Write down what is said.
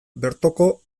bertoko